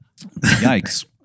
Yikes